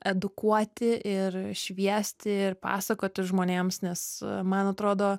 edukuoti ir šviesti ir pasakoti žmonėms nes man atrodo